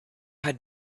had